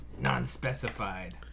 Non-specified